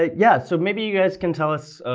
ah yes, so maybe you guys can tell us,